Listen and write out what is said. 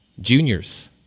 Juniors